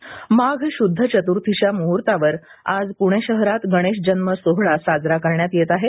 गणेशजन्म माघ शुद्ध चतुर्थीच्या मुहूर्तावर आज पूणे शहरात गणेशजन्म सोहळा साजरा करण्यात येत आहे